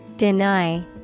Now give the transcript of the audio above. Deny